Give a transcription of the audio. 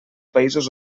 països